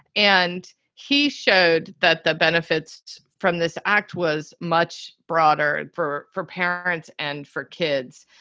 and he showed that the benefits from this act was much broader for for parents and for kids.